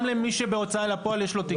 גם למי שבהוצאה לפועל, יש לו תיקים.